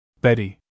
Betty